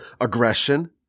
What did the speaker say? aggression